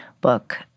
book